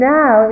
now